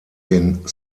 den